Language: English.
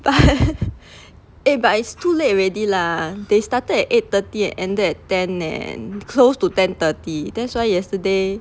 eh but it's too late already lah they started at eight thirty and ended at ten and close to ten thirty that's why yesterday